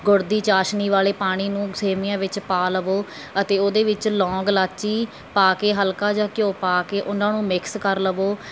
ਗੁੜ ਦੀ ਚਾਸ਼ਣੀ ਵਾਲੇ ਪਾਣੀ ਨੂੰ ਸੇਮੀਆਂ ਵਿੱਚ ਪਾ ਲਵੋ ਅਤੇ ਉਹਦੇ ਵਿੱਚ ਲੌਂਗ ਇਲਾਇਚੀ ਪਾ ਕੇ ਹਲਕਾ ਜਿਹਾ ਘਿਓ ਪਾ ਕੇ ਉਨ੍ਹਾਂ ਨੂੰ ਮਿਕਸ ਕਰ ਲਵੋ